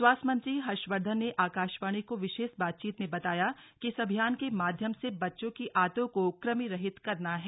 स्वास्थ्य मंत्री हर्षवर्धन ने आकाशवाणी को विशेष बातचीत में बताया कि इस अभियान के माध्यम से बच्चों की आंतों को कृमिरहित करना है